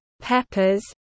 peppers